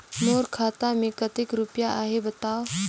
मोर खाता मे कतेक रुपिया आहे बताव?